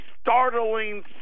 startling